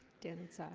didn't